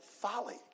folly